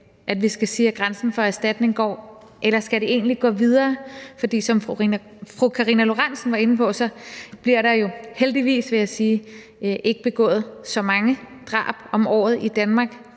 vi skal sige at grænsen for erstatning går, eller skal den egentlig gå videre? For som fru Karina Lorentzen Dehnhardt var inde på, bliver der jo – heldigvis, vil jeg sige – ikke begået så mange drab om året i Danmark,